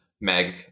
Meg